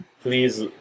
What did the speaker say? please